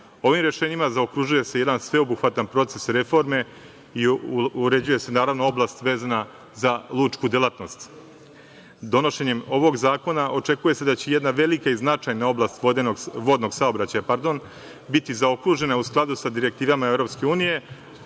rešenjima zaokružuje se jedan sveobuhvatan proces reforme i uređuje se oblast vezana za lučku delatnost. Donošenjem ovog zakona očekuje se da će jedna velika i značajna oblast vodnog saobraćaja biti zaokružena u skladu sa direktivama EU,